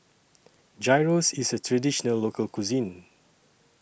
Gyros IS A Traditional Local Cuisine